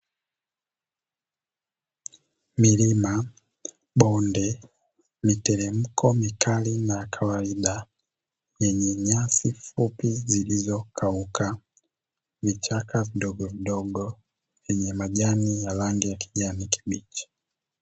Milima ,bonde, miteremko mikali na kawaida yenye nyasi fupi zilizokauka vichaka vidogovidogo vyenye majani ya rangi ya kijani kibichi.